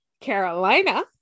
Carolina